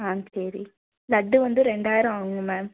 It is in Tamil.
ஆ சரி லட்டு வந்து ரெண்டாயிரம் ஆகும் மேம்